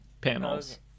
panels